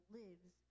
lives